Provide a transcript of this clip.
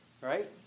right